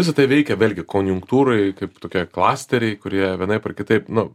visa tai veikia vėlgi konjunktūrai taip tokie klasteriai kurie vienaip ar kitaip nu